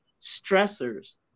stressors